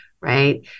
right